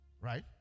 Right